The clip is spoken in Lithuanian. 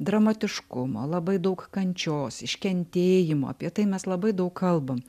dramatiškumo labai daug kančios iš kentėjimo apie tai mes labai daug kalbam